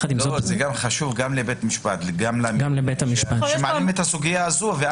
זה חשוב גם לבית משפט שמעלים את הסוגייה הזאת.